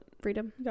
freedom